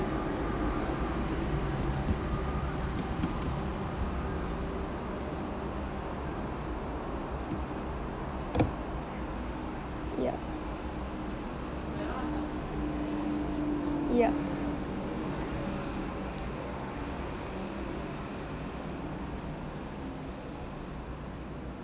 yup yup